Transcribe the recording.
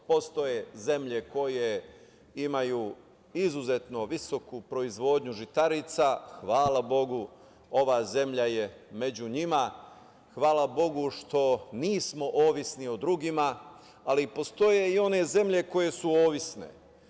Postoje zemlje koje imaju izuzetno visoku proizvodnju žitarica, hvala Bogu ova zemlja je među njima, hvala Bogu što nismo ovisni o drugima, ali postoje i one zemlje koje su ovisne.